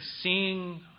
seeing